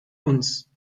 uns